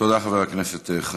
תודה רבה לחבר הכנסת חזן.